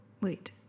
wait